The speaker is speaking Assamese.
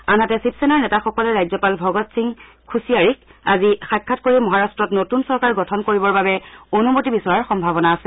আনহাতে শিবসেনাৰ নেতাসকলে ৰাজ্যপাল ভগৎ সিং খোছিয়াৰিক আজি সাক্ষাৎ কৰি মহাৰট্ৰত নতুন চৰকাৰ গঠন কৰিবৰ বাবে অনুমতি বিচৰাৰ সম্ভাৱনা আছে